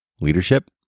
leadership